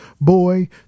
Boy